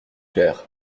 clair